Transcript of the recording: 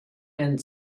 and